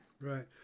Right